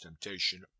temptation